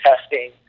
testing